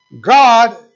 God